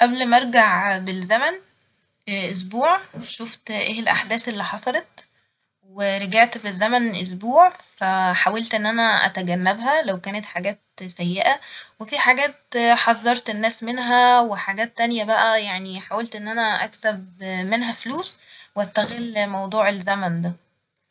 قبل ما أرجع بالزمن أسبوع شفت ايه الأحداث اللي حصلت ورجعت في الزمن أسبوع فحاولت إن أنا أتجنبها لو كانت حاجات سيئة وفي حاجات حذرت الناس منها وحاجات تانية بقى يعني حاولت إن أنا أكسب منها فلوس وأستغل موضوع الزمن ده.